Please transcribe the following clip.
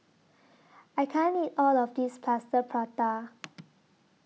I can't eat All of This Plaster Prata